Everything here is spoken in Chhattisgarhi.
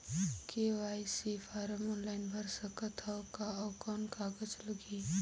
के.वाई.सी फारम ऑनलाइन भर सकत हवं का? अउ कौन कागज लगही?